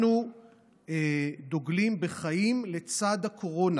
אנחנו דוגלים בחיים לצד הקורונה.